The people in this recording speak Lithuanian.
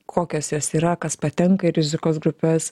kokios jos yra kas patenka į rizikos grupes